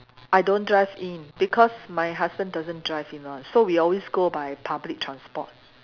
I don't drive in because my husband doesn't drive in [one] so we always go by public transport